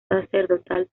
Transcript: sacerdotal